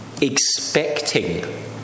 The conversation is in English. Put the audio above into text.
expecting